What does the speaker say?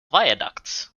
viaducts